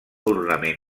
ornament